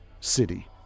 City